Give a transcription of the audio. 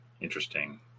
Interesting